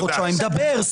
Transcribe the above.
דבר.